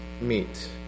meet